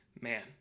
man